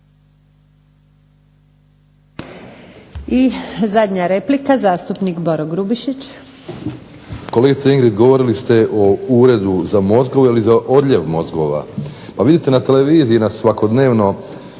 I zadnja replika, zastupnik Boro Grubišić. **Grubišić, Boro (HDSSB)** Kolegice Ingrid govorili ste o uredu za mozgove ili za odljev mozgova. Pa vidite na televiziji nas svakodnevno